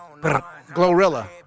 Glorilla